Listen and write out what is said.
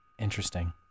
Interesting